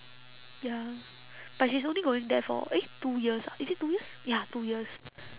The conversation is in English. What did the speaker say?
ya but she is only going there for eh two years ah is it two years ya two years